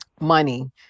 money